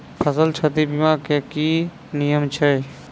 फसल क्षति बीमा केँ की नियम छै?